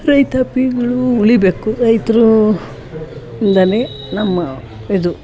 ರೈತಾಪಿಗಳೂ ಉಳೀಬೇಕು ರೈತರು ಇಂದನೇ ನಮ್ಮ ಇದು